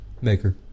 Maker